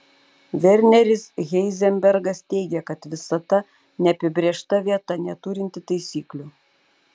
verneris heizenbergas teigė kad visata neapibrėžta vieta neturinti taisyklių